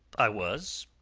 i was.